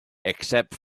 except